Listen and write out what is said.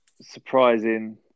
surprising